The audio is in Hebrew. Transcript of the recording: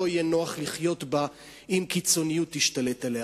יהיה נוח לחיות בה אם קיצוניות תשתלט עליה.